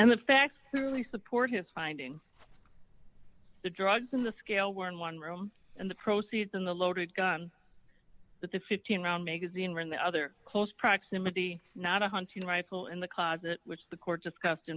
and the facts really support his finding the drugs in the scale were in one room and the proceeds in the loaded gun that the fifteen round magazine ran the other close proximity not a hunting rifle in the closet which the court discussed